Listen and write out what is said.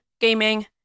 gaming